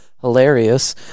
hilarious